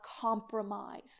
compromise